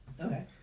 Okay